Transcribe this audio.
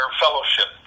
fellowship